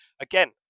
Again